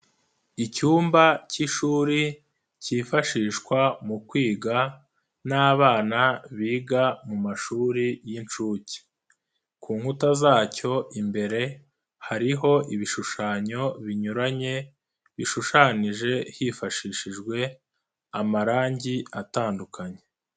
Icyumba cy'ishuri, cyifashishwa mu kwiga n'abana biga mu mashuri y'inshuke. Ku nkuta zacyo imbere hariho ibishushanyo binyuranye, bishushanyije hifashishijwe, amarangi atandukanye.